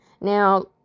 now